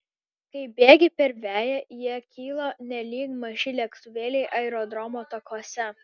kai bėgi per veją jie kyla nelyg maži lėktuvėliai aerodromo takuose